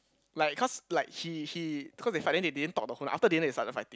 like cause like he he cause they fight then they didn't talk the whole night after dinner they started fighting